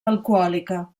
alcohòlica